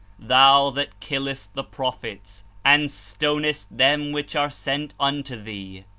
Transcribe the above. thou that killest the prophets, and stonest them which are sent unto thee,